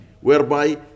whereby